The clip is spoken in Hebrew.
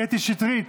קטי שטרית,